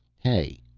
hey,